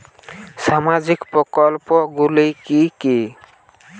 সামাজিক প্রকল্প গুলি কি কি?